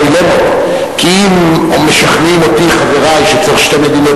כי אם משכנעים אותי חברי שצריך שתי מדינות